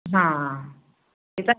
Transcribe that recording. ਹਾਂ ਇਹ ਤਾਂ